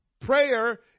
Prayer